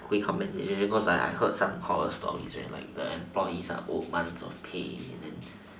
comments cause I I heard some horror stories like the employees are owed months of pay and then